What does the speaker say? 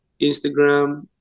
Instagram